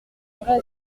vrai